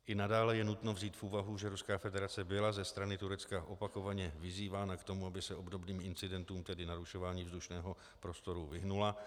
I nadále je nutno vzít v úvahu, že Ruská federace byla ze strany Turecka opakovaně vyzývána k tomu, aby se obdobným incidentům, tedy narušování vzdušného prostoru, vyhnula.